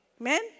Amen